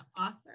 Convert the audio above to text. author